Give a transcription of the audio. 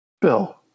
bill